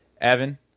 Evan